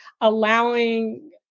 allowing